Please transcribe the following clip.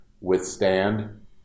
withstand